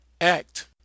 act